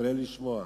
תתפלא לשמוע,